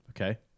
Okay